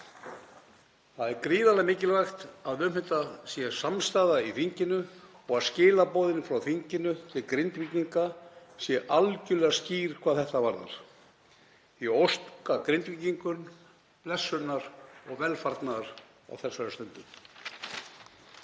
Það er gríðarlega mikilvægt að um þetta sé samstaða í þinginu og að skilaboðin frá þinginu til Grindvíkinga sé algerlega skýr hvað þetta varðar. Ég óska Grindvíkingum blessunar og velfarnaðar á þessari stundu.